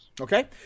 Okay